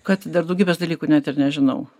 kad dar daugybės dalykų net ir nežinau